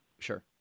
Sure